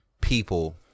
people